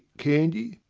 candy.